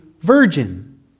virgin